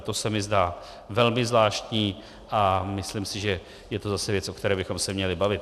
To se mi zdá velmi zvláštní a myslím si, že to je zase věc, o které bychom se měli bavit.